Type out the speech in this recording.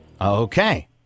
Okay